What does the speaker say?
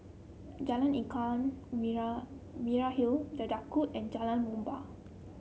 Jalan Ikan Merah Merah Hill The Daulat and Jalan Muhibbah